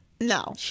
No